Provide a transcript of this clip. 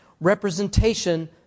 representation